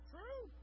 True